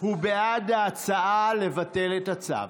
הוא בעד ההצעה לבטל את הצו.